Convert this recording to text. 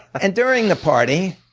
and during the party,